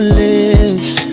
lips